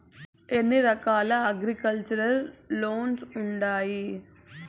ఎన్ని రకాల agriculture loans ఉండాయి